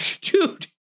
dude